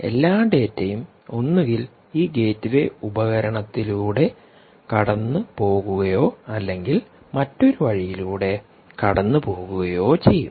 എല്ലാ ഡാറ്റയും ഒന്നുകിൽ ഈ ഗേറ്റ്വേ ഉപകരണത്തിലൂടെ കടന്നുപോകുകയോ അല്ലെങ്കിൽ മറ്റൊരു വഴിയിലൂടെ കടന്നുപോകുകയോ ചെയ്യും